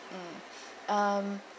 hmm um